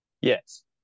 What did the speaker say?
Yes